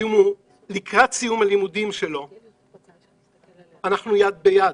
ואם הוא לקראת סיום הלימודים שלו אנחנו מוצאים לו יד ביד